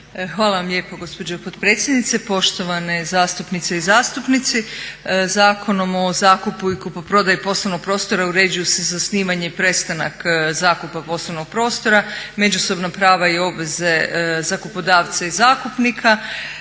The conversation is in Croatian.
Hvala vam lijepo gospođo potpredsjednice. Poštovane zastupnice i zastupnici. Zakonom o zakupu i kupoprodaji poslovnog prostora uređuju se zasnivanje i prestanak zakupa poslovnog prostora, međusobnog prava i obveze zakupodavca i zakupnika,